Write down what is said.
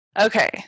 okay